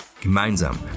Gemeinsam